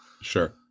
Sure